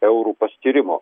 eurų paskyrimo